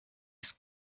ist